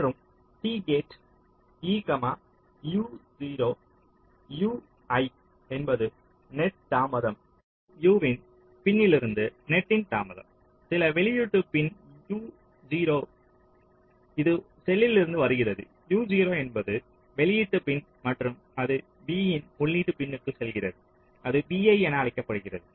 மற்றும் T net e uo vi என்பது net தாமதம் செல் u இன் பின்னிலிருந்து நெட்டின் தாமதம் சில வெளியீட்டு பின் u0 இது ஒரு செல்லிருந்து வருகிறது u0 என்பது வெளியீட்டு பின் மற்றும் அது v இன் உள்ளீட்டு பின்க்கு செல்கிறது அது vi என அழைக்கப்படுகிறது